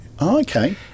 Okay